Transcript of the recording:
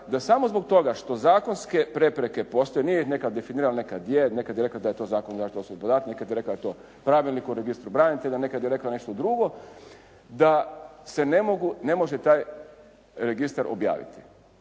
da samo zbog toga što zakonske prepreke postoje, nije nekad definirala, nekad je, nekad je rekla da je to Zakon o zaštiti osobnih podataka, nekad je rekla da je to Pravilnik o registru branitelja, nekad je rekla nešto drugo da se ne može taj registar objaviti.